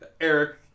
Eric